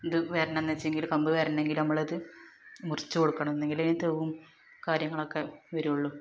ഇത് വരണം എന്ന് വെച്ചെങ്കിൽ കമ്പ് വരണം എങ്കിൽ നമ്മളത് മുറിച്ച് കൊടുക്കണം എന്നെങ്കിലേ ഈ തൂവും കാര്യങ്ങളൊക്കെ വരുള്ളൂ